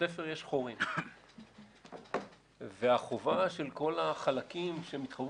בתפר יש חורים והחובה של כל החלקים שמתחברים